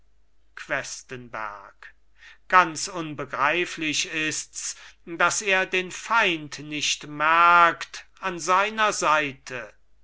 questenberg ganz unbegreiflich ists daß er den feind nicht merkt an seiner seite